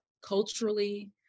culturally